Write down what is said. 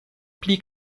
pli